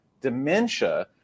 dementia